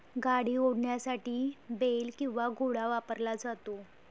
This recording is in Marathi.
गाडी ओढण्यासाठी बेल किंवा घोडा वापरला जातो